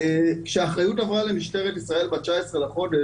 כשהאחריות עברה למשטרת ישראל ב-19 לחודש,